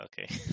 okay